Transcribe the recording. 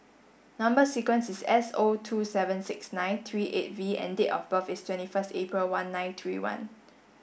number sequence is S O two seven six nine three eight V and date of birth is twenty first April one nine three one